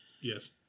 Yes